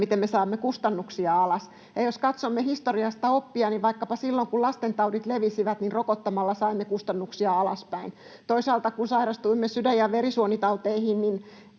miten me saamme kustannuksia alas, ja jos katsomme historiasta oppia, niin vaikkapa silloin, kun lastentaudit levisivät, niin rokottamalla saimme kustannuksia alaspäin. Toisaalta kun sairastuimme sydän- ja verisuonitauteihin,